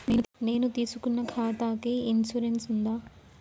నేను తీసుకున్న ఖాతాకి ఇన్సూరెన్స్ ఉందా?